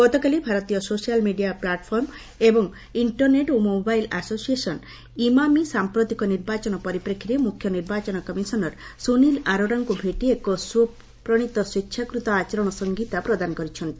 ଗତକାଲି ଭାରତୀୟ social media platform ଏବଂ ଇଣ୍ଟରନେଟ୍ ଓ ମୋବାଇଲ୍ ଆସୋସିଏସନ୍ ଇମାମିସାଂପ୍ରତିକ ନିର୍ବାଚନ ପରିପ୍ରେକ୍ଷୀରେ ମୁଖ୍ୟ ନିର୍ବାଚନ କମିଶନର ସୁନୀଲ ଆରୋରାଙ୍କୁ ଭେଟି ଏକ ସ୍ୱପ୍ରଶିତ ସ୍ୱେଚ୍ଛାକୃତ ଆଚରଣ ସଂହିତା ପ୍ରଦାନ କରିଛନ୍ତି